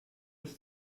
ist